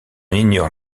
ignore